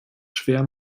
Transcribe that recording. schwer